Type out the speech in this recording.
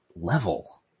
level